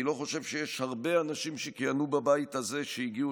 אני לא חושב שיש הרבה אנשים שכיהנו בבית הזה שהגיעו